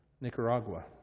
Nicaragua